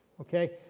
Okay